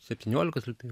septyniolikos lygtai